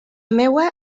meua